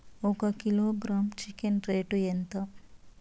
ఒక kilogram chicken rate ఎంత?